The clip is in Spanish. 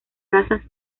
razas